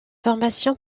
formation